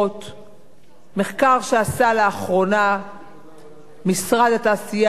מחקר שעשה לאחרונה משרד התעשייה והמסחר